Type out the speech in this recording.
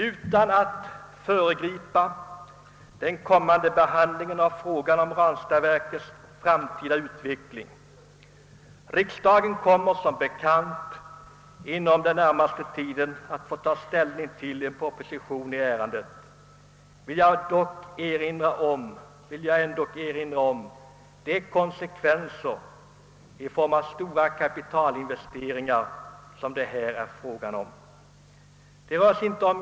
Utan att föregripa den kommande behandlingen av frågan om verkets framtida utveckling — riksdagen kommer som känt inom den närmaste tiden att få ta ställning till en proposition i ärendet — vill jag ändock erinra om de stora kapitalinvesteringar som det här rör sig om.